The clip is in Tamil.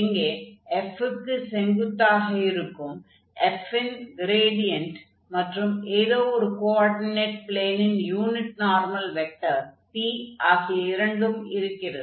இங்கே f க்கு செங்குத்தாக இருக்கும் f ன் க்ரேடியன்ட் மற்றும் ஏதோ ஒரு கோஆர்டினெட் ப்ளேனின் யூனிட் நார்மல் வெக்டர் p ஆகிய இரண்டும் இருக்கிறது